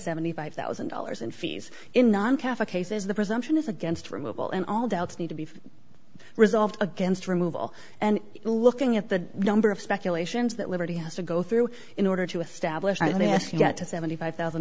seventy five thousand dollars in fees in non cafe cases the presumption is against removal and all doubts need to be resolved against removal and looking at the number of speculations that liberty has to go through in order to establish i mean if you get to seventy five thousand